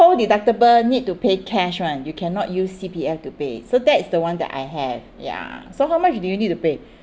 co-deductible need to pay cash [one] you cannot use C_P_F to pay so that's the one that I have ya so how much do you need to pay